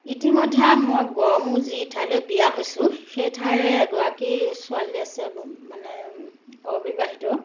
ইতিমধ্যে মই গড়মূৰ যি ঠাইলৈ বিয়া হৈছোঁ সেই ঠাইৰে এগৰাকী ছোৱালী আছে মানে অবিবাহিত